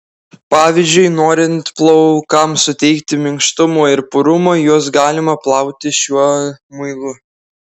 pavyzdžiui norint plaukams suteikti minkštumo ir purumo juos galima plauti šiuo muilu